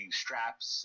straps